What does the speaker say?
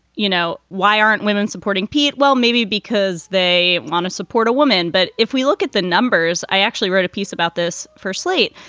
you know, why aren't women supporting pete? well, maybe because they want to support a woman. but if we look at the numbers, i actually wrote a piece about this for slate.